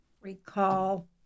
recall